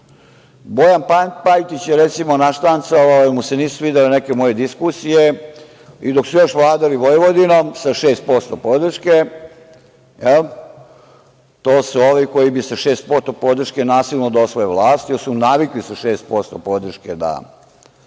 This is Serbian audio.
Bojan Pajtić je, recimo, naštancovao, jer mu se nisu svidele neke moje diskusije i dok su još vladali Vojvodinom sa 6% podrške… To su ovi koji bi sa 6% podrške nasilno da osvoje vlast, jer su navikli sa 6% podrške da